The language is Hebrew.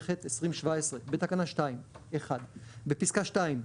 התשע"ח-2017, בתקנה 2 - בפסקה (2),